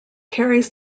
carries